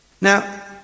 Now